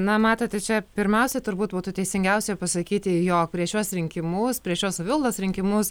na matot tai čia pirmiausia turbūt būtų teisingiausia pasakyti jog prieš šiuos rinkimus prieš šios savivaldos rinkimus